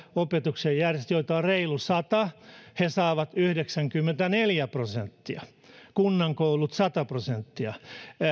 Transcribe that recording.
opetuksen järjestäjät joita on reilu sata saavat yhdeksänkymmentäneljä prosenttia kunnan koulut sata prosenttia